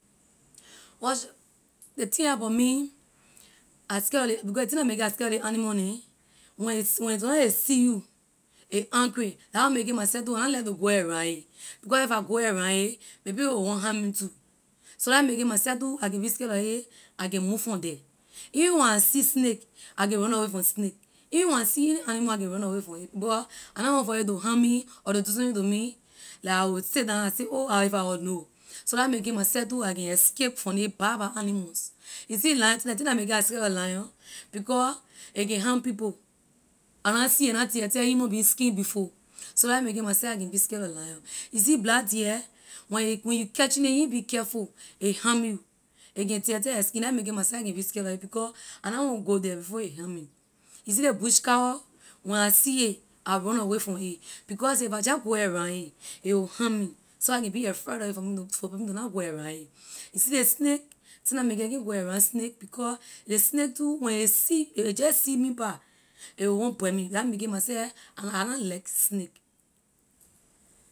Watch. Ley thing about me I scare lor ley because ley thing la make it I scare lor ley animal neh when a when a se- so long a see you a angry la why make it myself too I na like to go around it because if I go around a maybe a will want harm me too so la a make it myself too I can be scare lor a I can move from the even when I see snake I can runaway from snake even when I see any animal I can run away from it because I na want for a to harm me or to do something to me la I will sit down I say oh I if I was know so la a make it myself too I can escape from ley bad bad animals you see lion thing ley thing la make it I scare lor lion because a can harm people I na see a na tear tear human being skin before so la a make it myself I can be scare lor lion you see black deer when a when you catching it you be careful a harm you a can tear tear your skin la a make it myself I can be scare lor it because I na want go the before a harm me you see ley bush cow when I see it I runaway from it because if I just go around it a will harm me so I can be afraid lor it fo me to for me to na go around it you see ley snake thing la make it I can’t go around snake because ley snake too when a see a a jeh see pah a will want bite me la a make it myself I i na like snake.